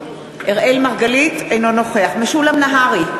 אינו נוכח משולם נהרי,